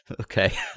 Okay